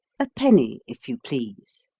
a penny, if you please.